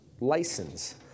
license